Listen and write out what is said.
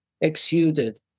exuded